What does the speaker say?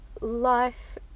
life